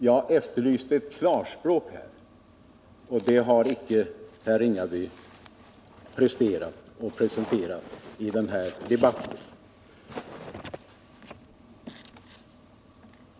Jag efterlyste klarspråk på den punkten, och det har icke herr Ringaby presterat i den här debatten.